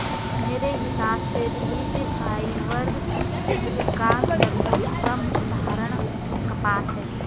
मेरे हिसाब से बीज फाइबर का सर्वोत्तम उदाहरण कपास है